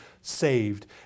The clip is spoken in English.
saved